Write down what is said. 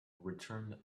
returned